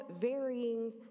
varying